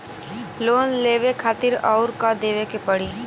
Loan लेवे खातिर अउर का देवे के पड़ी?